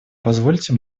позвольте